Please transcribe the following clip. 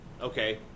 Okay